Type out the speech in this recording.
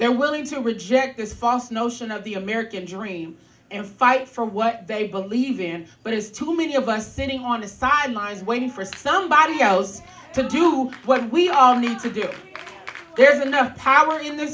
they're willing to reject this false notion of the american dream and fight for what they believe in but it is too many of us sitting on the sidelines waiting for somebody else to do what we all need to do there's enough power in th